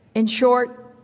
in short,